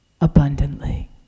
abundantly